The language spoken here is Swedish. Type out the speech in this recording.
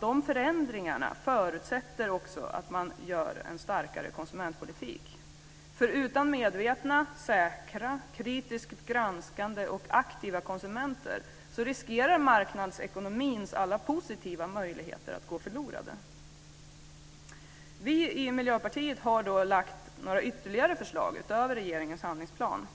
de förändringarna förutsätter också att man gör en starkare konsumentpolitik. Utan medvetna, säkra, kritiskt granskande och aktiva konsumenter riskerar marknadsekonomins alla positiva möjligheter att gå förlorade. Vi i Miljöpartiet har lagt några ytterligare förslag utöver regeringens handlingsplan.